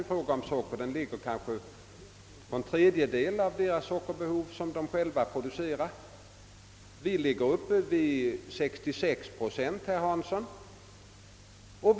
Amerikanarna producerar själva cirka en tredjedel av sitt sockerbehov medan vi är uppe i 66 procent självförsörjning.